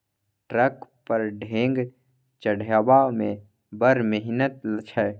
truck पर ढेंग चढ़ेबामे बड़ मिहनत छै